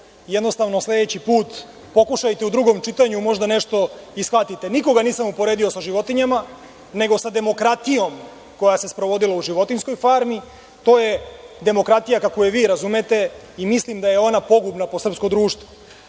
Jednostavno, sledeći put pokušajte u drugom čitanju da možda nešto i shvatite. Nikoga nisam uporedio sa životinjama, nego sa demokratijom koja se sprovodila u „Životinjskoj farmi“. To je demokratija kako je vi razumete i mislim da je ona pogubna po srpsko društvo. Gospodin